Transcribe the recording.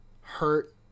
hurt